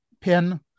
pin